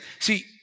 See